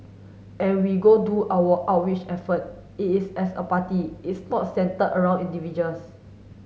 and we go do our outreach effort it is as a party it's not centred around individuals